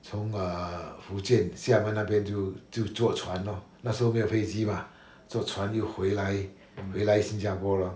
从 err 福建厦门那边就就坐船 lor 那时候没有飞机 mah 坐船就回来回来新加坡 lor